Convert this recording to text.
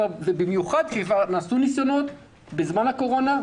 זה במיוחד כי כבר נעשו ניסיונות בתקופת הקורונה,